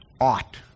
Ought